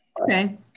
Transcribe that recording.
okay